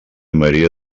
maria